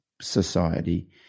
society